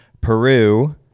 Peru